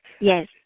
Yes